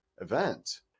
event